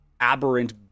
aberrant